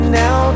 now